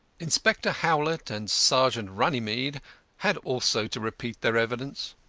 inspector howlett and sergeant runnymede had also to repeat their evidence.